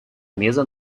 mesa